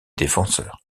défenseur